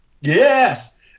Yes